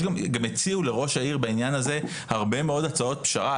גם הציעו לראש העיר בעניין הזה הרבה מאוד הצעות פשרה,